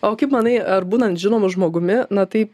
o kaip manai ar būnant žinomu žmogumi na tai